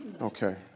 Okay